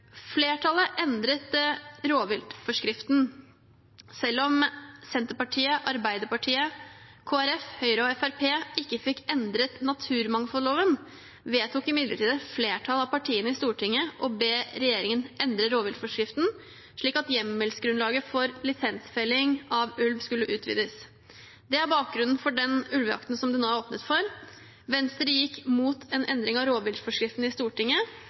endret rovviltforskriften. Selv om Senterpartiet, Arbeiderpartiet, KrF, Høyre og Frp ikke fikk endret Naturmangfoldloven, vedtok imidlertid et flertall av partiene i Stortinget å be regjeringen endre rovviltforskriften, slik at hjemmelsgrunnlaget for lisensfelling av ulv skulle utvides. Det er bakgrunnen for den ulvejakten som det nå er åpnet for. Venstre gikk mot endring av rovviltforskriften i Stortinget,